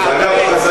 דרך אגב,